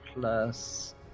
plus